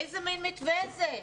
איזה מין מתווה זה?